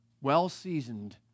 well-seasoned